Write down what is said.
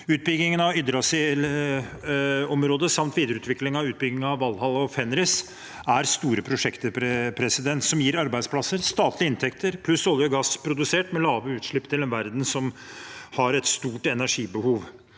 Utbyggingen av Yggdrasil-området samt videreutvikling av utbygging av Valhall og Fenris er store prosjekter som gir arbeidsplasser, statlige inntekter pluss olje og gass produsert med lave utslipp til en verden som har et stort energibehov.